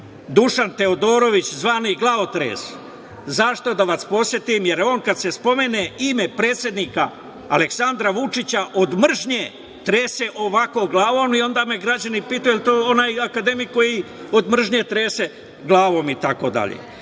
Dušan Teodorović, zvani glavotres. Zašto? Da vas podsetim, jer on kad se spomene ime predsednika Aleksandra Vučića, od mržnje trese ovako glavom i onda me građani pitaju – je li to onaj akademik koji od mržnje trese glavom itd. On je